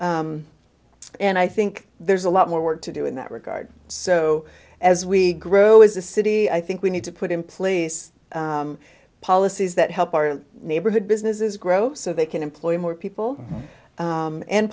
and i think there's a lot more work to do in that regard so as we grow as a city i think we need to put in place policies that help our neighborhood businesses grow so they can employ more people